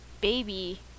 baby